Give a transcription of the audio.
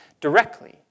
directly